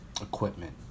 equipment